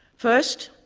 first,